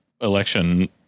election